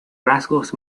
rasgos